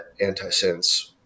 antisense